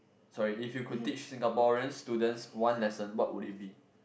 sorry if you could teach Singaporean students one lesson what would it be